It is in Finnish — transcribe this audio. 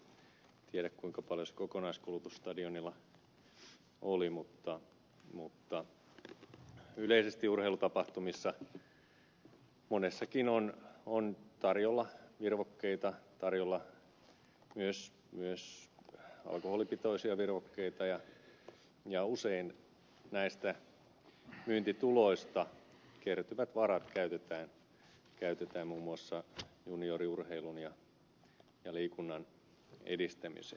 en tiedä kuinka paljon se kokonaiskulutus stadionilla oli mutta yleisesti urheilutapahtumissa monessakin on tarjolla virvokkeita tarjolla myös alkoholipitoisia virvokkeita ja usein näistä myyntituloista kertyvät varat käytetään muun muassa junioriurheilun ja liikunnan edistämiseen